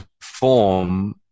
form